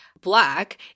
black